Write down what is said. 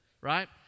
right